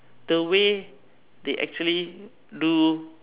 the way they actually do